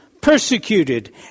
persecuted